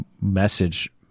message